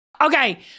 Okay